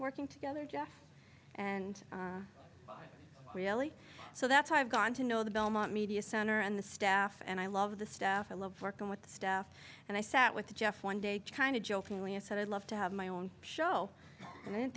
working together and really so that's why i've gone to know the belmont media center and the staff and i love the staff i love working with the staff and i sat with jeff one day kind of jokingly i said i'd love to have my own show and i didn't